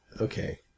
okay